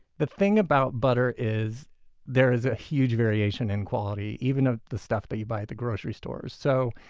the thing about butter is there is a huge variation in quality, even of ah the stuff that you buy at the grocery stores. so,